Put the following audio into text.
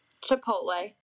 Chipotle